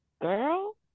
girl